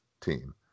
team